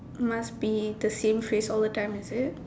must be the same phrase all the time is it